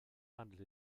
handelt